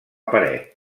paret